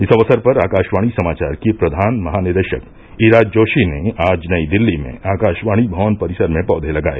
इस अवसर पर आकाशवाणी समाचार की प्रधान महानिदेशक ईरा जोशी ने आज नई दिल्ली में आकाशवाणी भवन परिसर में पौधे लगाए